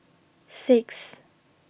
six